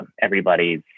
everybody's